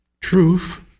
Truth